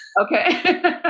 Okay